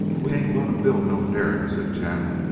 we ain't going to build no derrick, said jack,